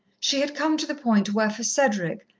she had come to the point where, for cedric,